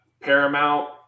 Paramount